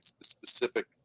specific